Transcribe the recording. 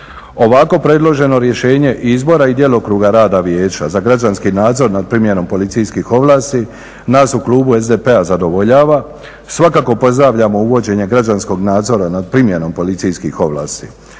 Ovako predloženo rješenje izbora i djelokruga rada Vijeća za građanski nadzor nad primjenom policijskih ovlasti nas u klubu SDP-a zadovoljava. Svakako pozdravljamo uvođenje građanskog nadzora nad primjenom policijskih ovlasti.